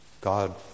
God